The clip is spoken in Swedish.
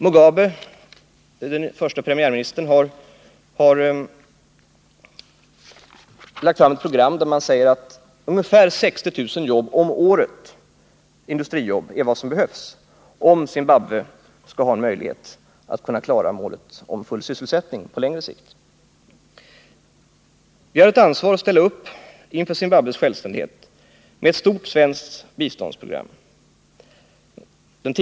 Mugabe, den förste premiärministern i den nya staten, har lagt fram ett program där man säger att det behövs ungefär 60 000 industrijobb om året, om Zimbabwe skall ha en möjlighet att klara målet om full sysselsättning på längre sikt. Vi har ett ansvar för att ställa upp inför Zimbabwes självständighet med ett stort svenskt biståndsprogram.